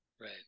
right